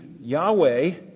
Yahweh